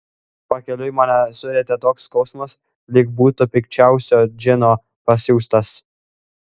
pakeliui mane surietė toks skausmas lyg būtų pikčiausio džino pasiųstas